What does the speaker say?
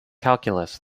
calculus